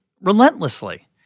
relentlessly